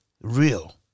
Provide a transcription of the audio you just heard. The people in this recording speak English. real